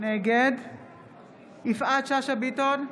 נגד יפעת שאשא ביטון,